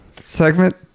segment